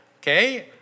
okay